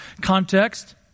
context